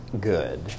good